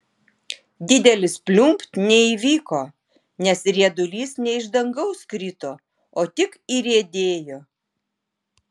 didelis pliumpt neįvyko nes riedulys ne iš dangaus krito o tik įriedėjo